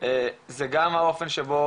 זה גם האופן שבו,